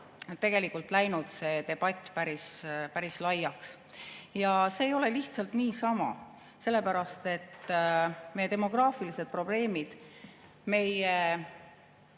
raames läinud debatt päris laiaks. See ei ole lihtsalt niisama, vaid selle pärast, et meie demograafilised probleemid, meie